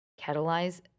catalyze